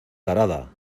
tarada